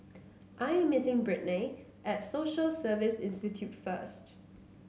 I am meeting Brittnay at Social Service Institute first